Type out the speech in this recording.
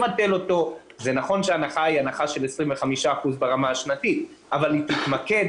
זה נכון שההנחה היא של 25% ברמה השנתית אבל היא תתמקד